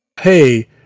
hey